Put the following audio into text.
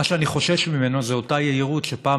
מה שאני חושש ממנו זו אותה יהירות שפעם